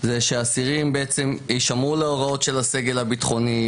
זה שהאסירים בעצם יישמעו להוראות של הסגל הביטחוני,